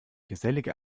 gesellige